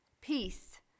peace